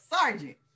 Sergeant